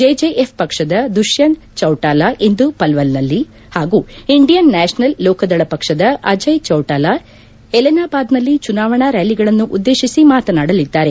JJF ಪಕ್ಷದ ದುಶ್ಯಂತ್ ಚೌಟಾಲ ಇಂದು ಪಲ್ವಲ್ನಲ್ಲಿ ಹಾಗೂ ಇಂಡಿಯನ್ ನ್ಯಾಷನಲ್ ಲೋಕದಳ ಪಕ್ಷದ ಅಜಯ್ ಚೌಟಾಲ ಎಲೆನಾಬಾದ್ನಲ್ಲಿ ಚುನಾವಣಾ ರ್ನ್ಲಿಗಳನ್ನು ಉದ್ದೇಶಿಸಿ ಮಾತನಾಡಲಿದ್ದಾರೆ